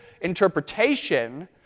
interpretation